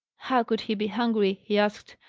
how could he be hungry? he asked,